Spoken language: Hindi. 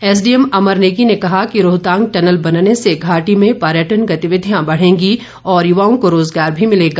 एसडीएम अमर नेगी ने कहा कि रोहतांग टनल बनने से घाटी में पर्यटन गतिविधियां बढ़ेगीं और युवाओं को रोज़गार भी मिलेगा